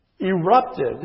erupted